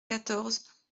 quatorze